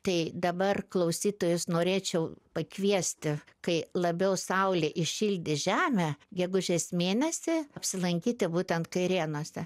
tai dabar klausytojus norėčiau pakviesti kai labiau saulė įšildys žemę gegužės mėnesį apsilankyti būtent kairėnuose